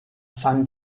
san